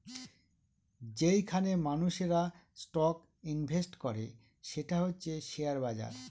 যেইখানে মানুষেরা stock invest করে সেটা হচ্ছে শেয়ার বাজার